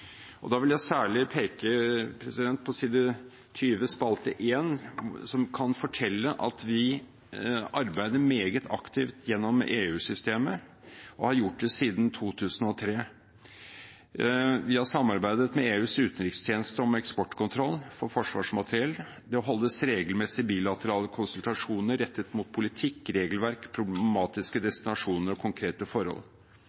vil særlig peke på spalte 1 på side 20, som kan fortelle at vi arbeider meget aktivt gjennom EU-systemet og har gjort det siden 2003. Vi har samarbeidet med EUs utenrikstjeneste om eksportkontroll for forsvarsmateriell, det holdes regelmessige bilaterale konsultasjoner rettet mot politikk, regelverk, problematiske